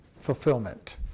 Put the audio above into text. fulfillment